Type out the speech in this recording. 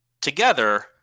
together